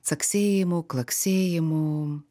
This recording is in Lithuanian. caksėjimų klaksėjimų